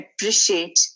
appreciate